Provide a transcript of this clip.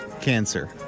Cancer